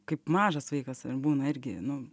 kaip mažas vaikas būna irgi nu